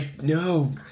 No